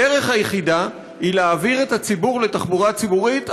הדרך היחידה היא להעביר את הציבור לתחבורה ציבורית,